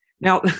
Now